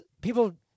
people